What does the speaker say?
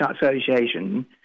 Association